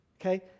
okay